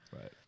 Right